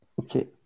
Okay